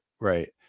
right